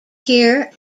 here